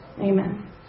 amen